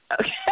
Okay